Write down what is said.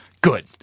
Good